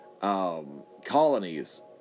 colonies